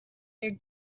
their